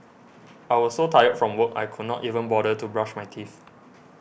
I was so tired from work I could not even bother to brush my teeth